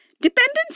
Dependence